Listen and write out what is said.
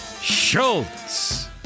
Schultz